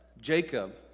Jacob